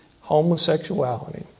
homosexuality